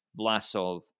Vlasov